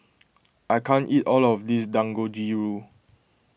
I can't eat all of this Dangojiru